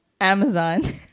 Amazon